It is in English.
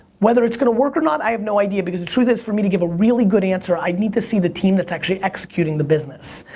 whether it's gonna work or not i have no idea. because the truth is for me to give a really good answer, i need to see the team that's actually executing the business.